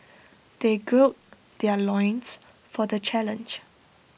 they gird their loins for the challenge